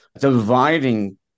dividing